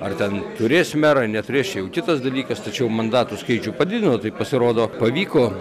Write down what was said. ar ten turės merą neturės čia jau kitas dalykas tačiau mandatų skaičių padidino tai pasirodo pavyko